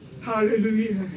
Hallelujah